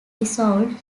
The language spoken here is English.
dissolved